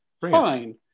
fine